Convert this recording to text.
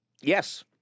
Yes